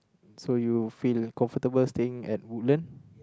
so you feel comfortable staying at Woodland